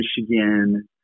Michigan